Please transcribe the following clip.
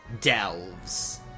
Delves